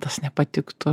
tas nepatiktų